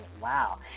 Wow